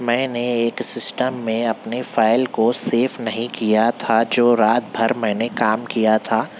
میں نے ایک سیسٹم میں اپنی فائل کو سیف نہیں کیا تھا جو رات بھر میں نے کام کیا تھا